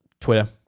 Twitter